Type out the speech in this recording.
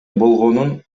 болгонун